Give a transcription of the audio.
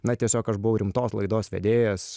na tiesiog aš buvau rimtos laidos vedėjas